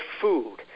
food